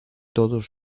todos